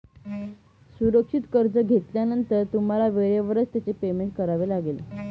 सुरक्षित कर्ज घेतल्यानंतर तुम्हाला वेळेवरच त्याचे पेमेंट करावे लागेल